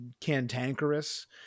cantankerous